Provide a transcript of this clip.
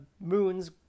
moon's